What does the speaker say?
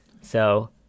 So-